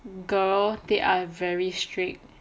girl they are very strict